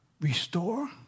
restore